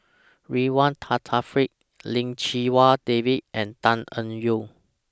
Ridzwan Dzafir Lim Chee Wai David and Tan Eng Yoon